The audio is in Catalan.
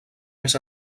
més